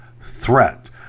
threat